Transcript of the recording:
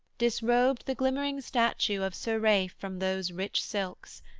disrobed the glimmering statue of sir ralph from those rich silks,